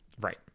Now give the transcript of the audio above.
Right